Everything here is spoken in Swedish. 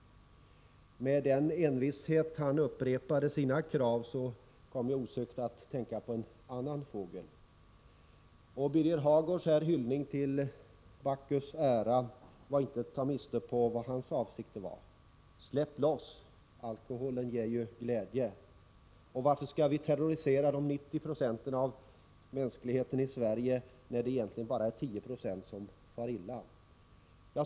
Den envishet han upprepar sina krav med kommer mig osökt att tänka på en annan fågel. Beträffande Birger Hagårds hyllning till Bacchus ära var det inte att ta miste på vad hans avsikt var: Släpp loss, alkoholen ger ju glädje! Varför skall viterrorisera 90 90 av mänskligheten i Sverige när det egentligen bara är 10 9o som far illa?